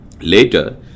Later